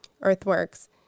Earthworks